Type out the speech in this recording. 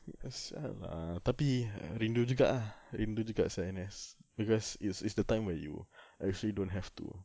apasal lah tapi rindu juga ah rindu juga sak~ N_S because it's it's the time where you actually don't have to